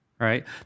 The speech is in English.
right